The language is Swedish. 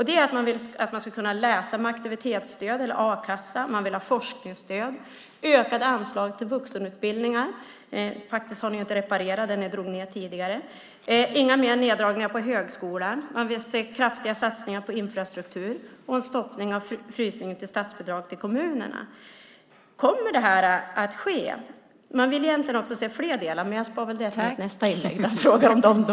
Det är att människor ska kunna läsa med aktivitetsstöd eller a-kassa. Man vill ha forskningsstöd och ökade anslag till vuxenutbildningar. Ni har inte reparerat det ni drog ned tidigare. Det ska inte vara några mer neddragningar på högskolan. Man vill se kraftiga satsningar på infrastruktur och ett stopp av frysningen av statsbidragen till kommunerna. Kommer detta att ske? Man vill egentligen också se fler delar. Men jag spar det till mitt nästa inlägg och frågar om dem då.